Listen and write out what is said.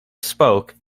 spoke